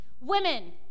Women